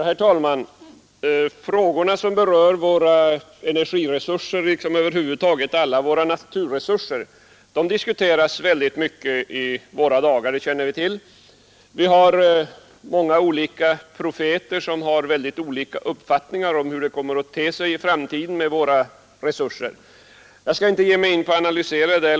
Herr talman! De frågor som berör våra energiresurser liksom över huvud taget alla våra naturtillgångar diskuteras mycket i våra dagar. Vi har många profeter som har olika uppfattningar om hur det kommer att te sig i framtiden med våra resurser. Jag skall inte ge mig in på att analysera detta.